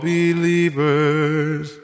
believers